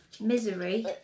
misery